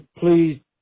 please